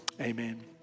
amen